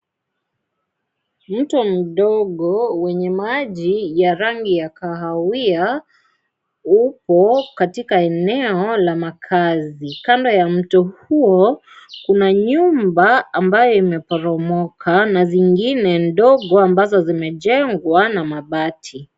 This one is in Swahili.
Mto mdogo wenye maji ya rangi ya kahawia upo katika eneo la makazi. kando ya mto huo kuna nyumba ambaye imepotomoka na zingine ndogo ambazo zimejengwa na mabati.